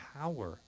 power